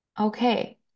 Okay